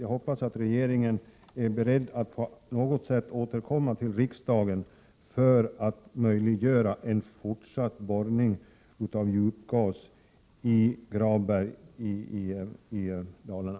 Jag hoppas regeringen är beredd att återkomma till riksdagen för att möjliggöra en fortsatt borrning efter djupgas i Gravberg i Dalarna.